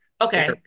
Okay